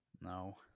No